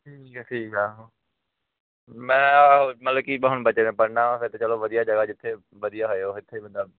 ਠੀਕ ਹੈ ਠੀਕ ਹੈ ਮੈਂ ਮਤਲਬ ਕਿ ਹੁਣ ਬੱਚੇ ਨੇ ਪੜ੍ਹਨਾ ਵਾ ਫਿਰ ਤਾਂ ਚਲੋ ਵਧੀਆ ਜਗ੍ਹਾ ਜਿੱਥੇ ਵਧੀਆ ਹੋਏ ਉੱਥੇ ਬੰਦਾ